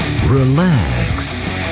Relax